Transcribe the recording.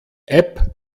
app